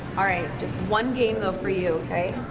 all right. just one game, though, for you, okay?